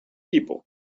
people